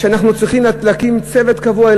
שאנחנו צריכים להקים צוות קבוע,